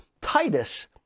Titus